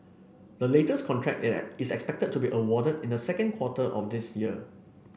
the latest contract is that is expected to be awarded in the second quarter of this year